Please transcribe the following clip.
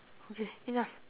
okay enough